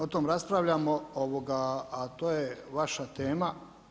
O tome raspravljamo a to je vaša tema.